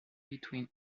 between